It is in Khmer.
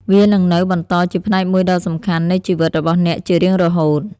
វានឹងនៅបន្តជាផ្នែកមួយដ៏សំខាន់នៃជីវិតរបស់អ្នកជារៀងរហូត។